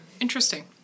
interesting